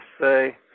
say